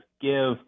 give –